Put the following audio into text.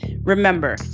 Remember